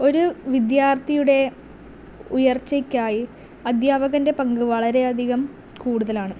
ഒരു വിദ്യാർത്ഥിയുടെ ഉയർച്ചയ്ക്കായി അധ്യാപകൻ്റെ പങ്ക് വളരെയധികം കൂടുതലാണ്